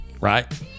right